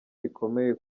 rikomeye